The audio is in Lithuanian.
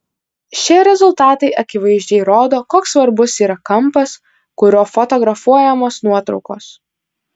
šie rezultatai akivaizdžiai rodo koks svarbus yra kampas kuriuo fotografuojamos nuotraukos